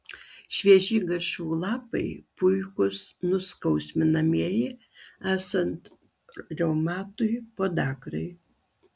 švieži garšvų lapai puikūs nuskausminamieji esant reumatui podagrai